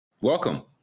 Welcome